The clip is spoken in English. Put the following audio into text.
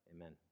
amen